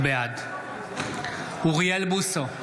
בעד אוריאל בוסו,